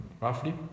roughly